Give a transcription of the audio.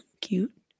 cute